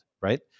Right